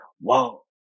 whoa